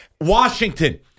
Washington